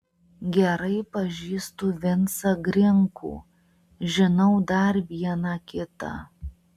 gerai pažįstu vincą grinkų žinau dar vieną kitą